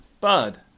bud